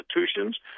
institutions